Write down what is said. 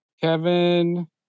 Kevin